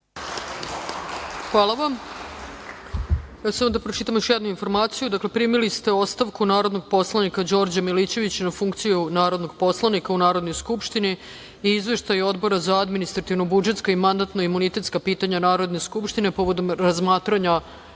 Brnabić** Hvala vam. Samo da pročitam još jednu informaciju. Primili ste ostavku narodnog poslanika Đorđa Milićevića na funkciju narodnog poslanika u Narodnoj skupštini i Izveštaj Odbora za administrativno-budžetska i mandatno-imunitetska pitanja Narodne skupštine povodom razmatranja